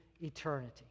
eternity